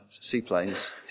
seaplanes